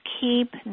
keep